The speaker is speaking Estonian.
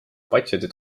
patsienti